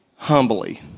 Humbly